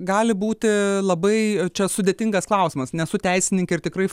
gali būti labai čia sudėtingas klausimas nesu teisininkė ir tikrai